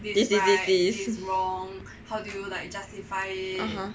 this this this this (uh huh)